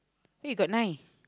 hey you got nine